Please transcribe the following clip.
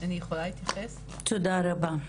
תודה רבה.